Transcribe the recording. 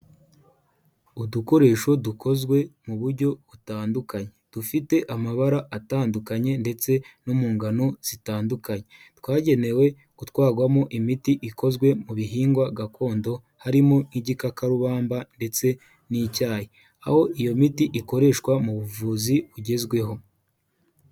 Udukoresho dukozwe mu buryo butandukanye dufite amabara atandukanye ndetse no mu ngano zitandukanye, twagenewe kutwagwamo imiti ikozwe mu bihingwa gakondo harimo nk'igikakarubamba ndetse n'icyayi, aho iyo miti ikoreshwa mu buvuzi bugezweho.